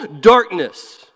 darkness